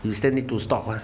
you still need to stop mah